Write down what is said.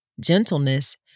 gentleness